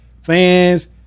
fans